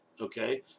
okay